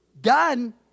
done